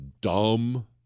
dumb